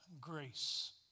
grace